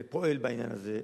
פועל בעניין הזה.